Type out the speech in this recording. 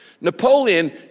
Napoleon